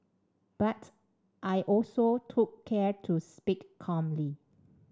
but I also took care to speak calmly